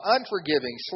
Unforgiving